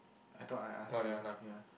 I thought I asked you ya